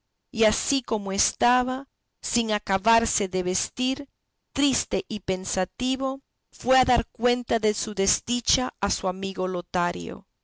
y ansí como estaba sin acabarse de vestir triste y pensativo fue a dar cuenta de su desdicha a su amigo lotario